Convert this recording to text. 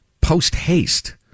post-haste